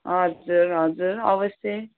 हजुर हजुर अवश्य